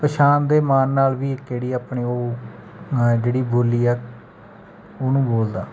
ਪਛਾਣ ਦੇ ਮਾਣ ਨਾਲ ਵੀ ਇੱਕ ਜਿਹੜੀ ਆਪਣੀ ਉਹ ਹੈ ਜਿਹੜੀ ਬੋਲੀ ਹੈ ਉਹਨੂੰ ਬੋਲਦਾ